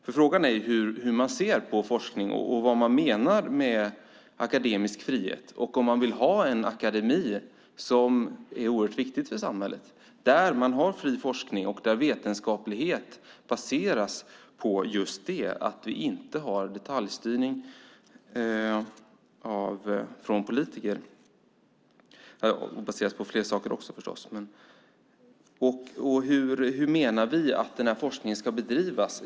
Frågan är hur man ser på forskning, vad man menar med akademisk frihet och om man vill ha en akademi - något som är oerhört viktigt för samhället - där det finns en fri forskning och där vetenskaplighet baseras just på att det inte är en detaljstyrning från politiker. Förstås baseras vetenskapligheten också på andra saker. Hur menar vi att forskningen ska bedrivas?